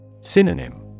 Synonym